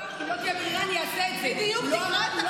אם לא תהיה ברירה, אני אעשה את זה, בדיוק.